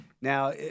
Now